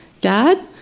dad